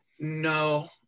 No